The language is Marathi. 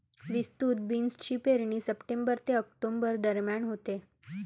विस्तृत बीन्सची पेरणी सप्टेंबर ते ऑक्टोबर दरम्यान होते